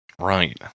Right